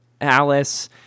Alice